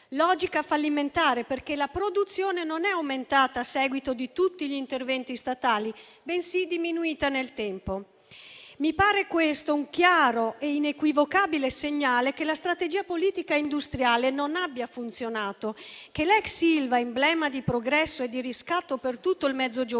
logica fallimentare. perché la produzione non è aumentata a seguito di tutti gli interventi statali, bensì è diminuita nel tempo. Mi pare questo un chiaro e inequivocabile segnale che la strategia politica industriale non abbia funzionato, che l'ex Ilva, emblema di progresso e di riscatto per tutto il Mezzogiorno,